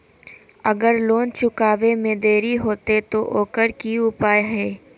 अगर लोन चुकावे में देरी होते तो ओकर की उपाय है?